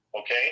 Okay